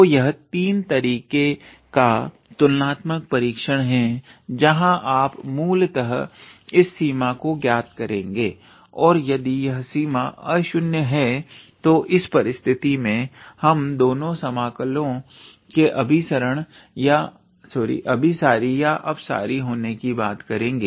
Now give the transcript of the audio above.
तो यह 3 तरीके का तुलनात्मक परीक्षण है जहां आप मूलतः इस सीमा को ज्ञात करेंगे और यदि यह सीमा अशून्य है तो इस परिस्थिति में हम इन दोनों समकलों के अभिसारी या अपसारी होने की बात करेंगे